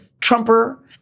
Trumper